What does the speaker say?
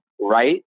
right